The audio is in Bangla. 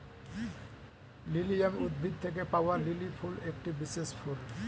লিলিয়াম উদ্ভিদ থেকে পাওয়া লিলি ফুল একটি বিশেষ ফুল